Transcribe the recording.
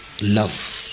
love